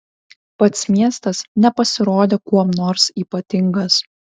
pats miestas nepasirodė kuom nors ypatingas